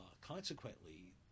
consequently